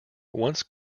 once